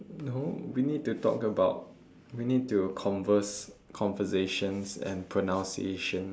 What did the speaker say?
no we need to talk about we need to converse conversations and pronunciation